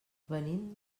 venim